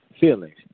feelings